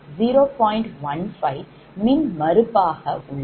15 மின்மறுப்பாக உள்ளது